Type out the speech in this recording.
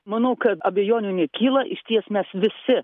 manau kad abejonių nekyla išties mes visi